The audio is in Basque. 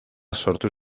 sortu